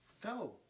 Go